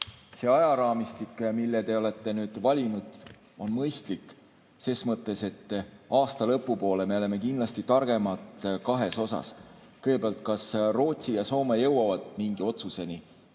See ajaraamistik, mille te olete nüüd valinud, on mõistlik ses mõttes, et aasta lõpu poole me oleme kindlasti targemad kahes asjas: kõigepealt, kas Rootsi ja Soome jõuavad mingi otsuseni